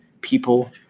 people